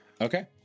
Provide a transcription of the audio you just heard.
okay